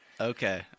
Okay